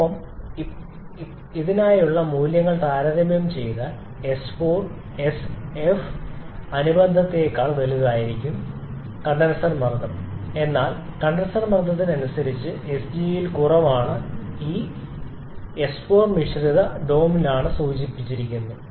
ഒപ്പം ഇപ്പോൾ ഇതിനായുള്ള മൂല്യങ്ങൾ താരതമ്യം ചെയ്താൽ s4 sf അനുബന്ധത്തേക്കാൾ വലുതായിരിക്കും കണ്ടൻസർ മർദ്ദം എന്നാൽ കണ്ടൻസർ മർദ്ദത്തിന് അനുസരിച്ച് sg ൽ കുറവാണ് ഈ s4 മിശ്രിത ഡോംലാണെന്ന് സൂചിപ്പിക്കുന്നു